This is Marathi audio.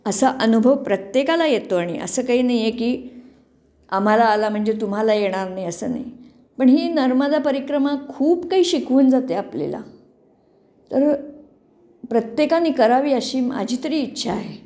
असा अनुभव प्रत्येकाला येतो आणि असं काही नाही आहे की आम्हाला आला म्हणजे तुम्हाला येणार नाही असं नाही पण ही नर्मदा परिक्रमा खूप काही शिकवून जाते आपल्याला तर प्रत्येकाने करावी अशी माझी तरी इच्छा आहे